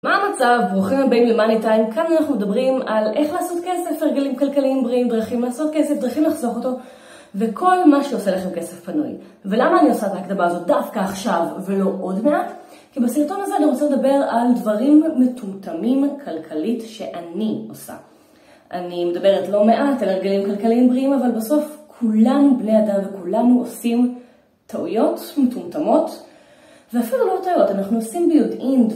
מה המצב, ברוכים הבאים למני-time. כאן אנחנו מדברים על איך לעשות כסף. על הרגלים כלכליים בריאים, דרכים לעשות כסף, דרכים לחסוך אותו... וכל מה שעושה לכם כסף פנוי. ולמה אני עושה את ההקדמה הזו דווקא עכשיו ולא עוד מעט? כי בסרטון הזה אני רוצה לדבר על דברים מטומטמים כלכלית שאני עושה. אני מדברת לא מעט על הרגלים כלכליים בריאים, אבל בסוף כולנו בני אדם וכולנו עושים טעויות מטומטמות, ואפילו לא טעויות, אנחנו עושים ביודעין...